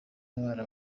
abana